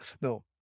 No